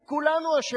כולנו אשמים.